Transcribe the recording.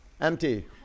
Empty